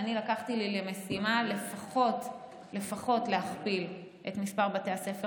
ואני לקחתי לי למשימה לפחות להכפיל את מספר בתי הספר